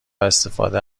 استفاده